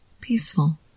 peaceful